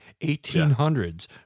1800s